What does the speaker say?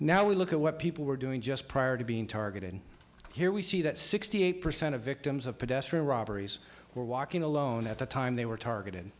now we look at what people were doing just prior to being targeted here we see that sixty eight percent of victims of pedestrian robberies or walking alone at the time they were targeted